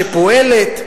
שפועלת,